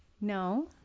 No